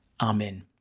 Amen